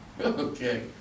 Okay